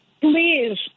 please